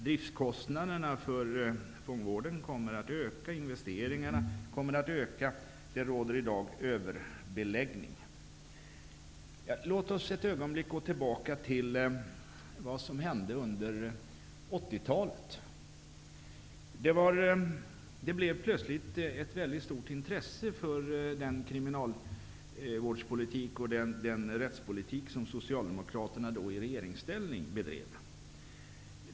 Driftskostnaderna för fångvården liksom investeringarna kommer att öka. Det råder i dag överbeläggning. Låt oss ett ögonblick gå tillbaka till vad som hände under 80-talet. Det blev plötsligt ett väldigt stort intresse för den kriminalvårdspolitik och den rättspolitik som socialdemokraterna då i regeringsställning bedrev.